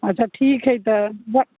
अच्छा ठीक हय तऽ बऽ